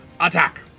attack